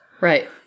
Right